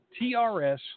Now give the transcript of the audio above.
TRS